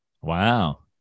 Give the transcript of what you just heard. Wow